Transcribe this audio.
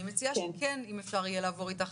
אני מציעה שכן אם אפשר יהיה לעבור אתך